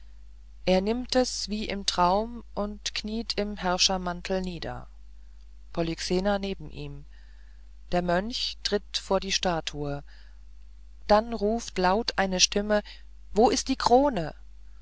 er nimmt es wie im traum und kniet im herrschermantel nieder polyxena neben ihm der mönch tritt vor die statue da ruft laut eine stimme wo ist die krone